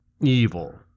evil